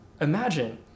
imagine